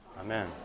Amen